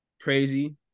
crazy